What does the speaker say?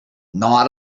not